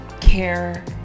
care